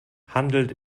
handelt